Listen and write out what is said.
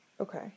Okay